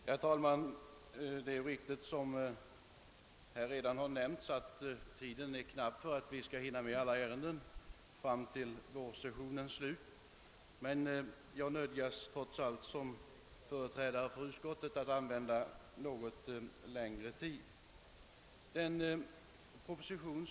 Herr talman! Det är riktigt som det här har sagts att tiden är knapp för behandling av de ärenden som återstår under vårsessionen. Trots det nödgas jag som företrädare för utskottet att använda en något längre tid än föregående talare.